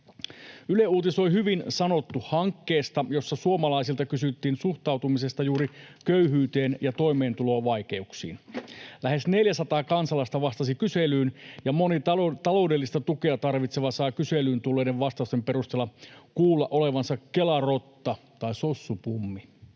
Yle uutisoi Hyvin sanottu ‑hankkeesta, jossa suomalaisilta kysyttiin suhtautumisesta juuri köyhyyteen ja toimeentulovaikeuksiin. Lähes 400 kansalaista vastasi kyselyyn, ja moni taloudellista tukea tarvitseva saa kyselyyn tulleiden vastausten perusteella kuulla olevansa Kela-rotta tai sossupummi.